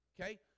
Okay